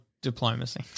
diplomacy